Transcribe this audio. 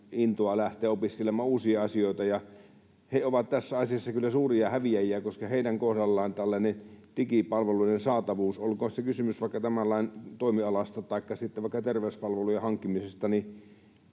intoa lähteä opiskelemaan uusia asioita. He ovat tässä asiassa kyllä suuria häviäjiä, koska heidän kohdallaan tällainen digipalvelujen saatavuus, olkoon sitten kysymys vaikka tämän lain toimialasta taikka sitten vaikka terveyspalvelujen hankkimisesta...